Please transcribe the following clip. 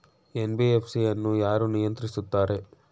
NBFC ಅನ್ನು ಯಾರು ನಿಯಂತ್ರಿಸುತ್ತಾರೆ?